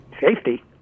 Safety